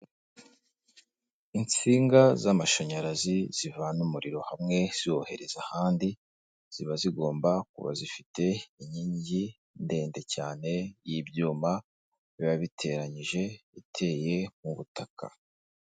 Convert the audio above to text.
Insinga z'amashanyarazi zivana umuriro hamwe ziwohereza ahandi, ziba zigomba kuba zifite inkingi ndende cyane y'ibyuma biba biteranyije iteye mu butaka.